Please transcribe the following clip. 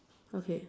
okay